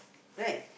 right